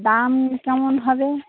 দাম কেমন হবে